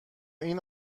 این